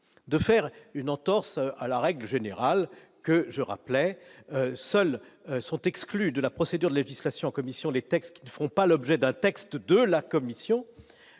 de faire une entorse à la règle générale que je rappelais seules sont exclues de la procédure législation commission les textes qui ne font pas l'objet d'un texte de la Commission,